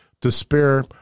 despair